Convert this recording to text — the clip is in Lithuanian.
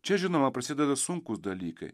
čia žinoma prasideda sunkūs dalykai